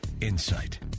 insight